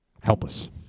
Helpless